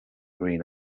green